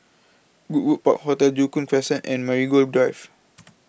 Goodwood Park Hotel Joo Koon Crescent and Marigold Drive